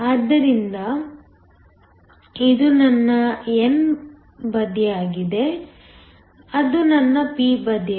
ಆದ್ದರಿಂದ ಇದು ನನ್ನ n ಬದಿಯ ಆಗಿದೆ ಅದು ನನ್ನ p ಬದಿಯ